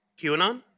QAnon